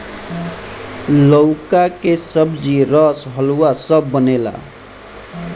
लउका के सब्जी, रस, हलुआ सब बनेला